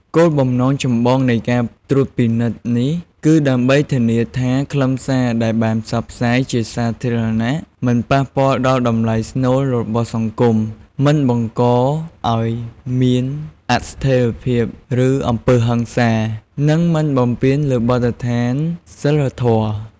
គោលបំណងចម្បងនៃការត្រួតពិនិត្យនេះ គឺដើម្បីធានាថាខ្លឹមសារដែលបានផ្សព្វផ្សាយជាសាធារណៈ មិនប៉ះពាល់ដល់តម្លៃស្នូលរបស់សង្គម មិនបង្កឲ្យមានអស្ថេរភាព ឬអំពើហិង្សា និងមិនបំពានលើបទដ្ឋានសីលធម៌។